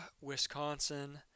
wisconsin